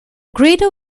greater